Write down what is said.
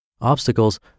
Obstacles